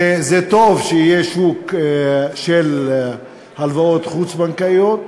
וטוב שיהיה שוק של הלוואות חוץ-בנקאיות,